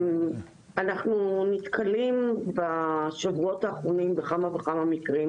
אנחנו נתקלים בשבועות האחרונים בכמה וכמה מקרים,